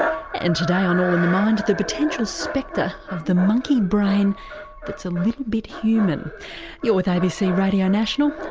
ah and today on all in the mind the potential spectre of the monkey brain that's a little bit human. you're with abc radio national